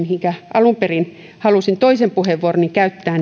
mihinkä alun perin halusin toisen puheenvuoroni käyttää